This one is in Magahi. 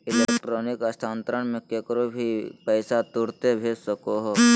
इलेक्ट्रॉनिक स्थानान्तरण मे केकरो भी कही भी पैसा तुरते भेज सको हो